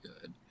good